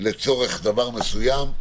לצורך דבר מסוים.